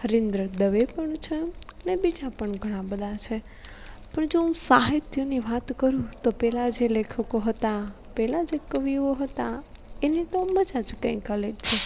હરીન્દ્ર દવે પણ છે ને બીજા પણ ઘણા બધા છે પણ જો હું સાહિત્યની વાત કરું તો પહેલાં જે લેખકો હતા પહેલાં જે કવિઓ હતા એની તો મજા જ કંઈક અલગ છે